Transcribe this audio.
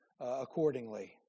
accordingly